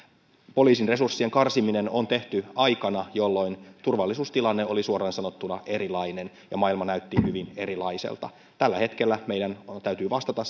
poliisin resurssien karsiminen on tehty aikana jolloin turvallisuustilanne oli suoraan sanottuna erilainen ja maailma näytti hyvin erilaiselta tällä hetkellä meidän täytyy vastata